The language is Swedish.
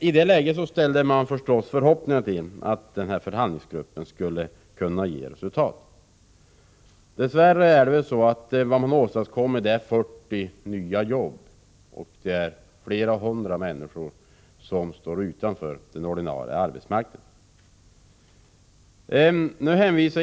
I det läget knöts förstås förhoppningar till att förhandlingsgruppen skulle kunna ge resultat. Dess värre har man endast åstadkommit 40 nya jobb, medan det är flera hundra människor som står utanför den ordinarie arbetsmarknaden.